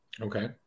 Okay